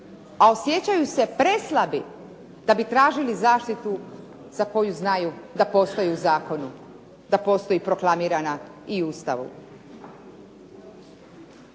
a osjećaju se preslabi da bi tražili zaštitu za koju znaju da postoji u zakonu, da postoji proklamirana i u Ustavu.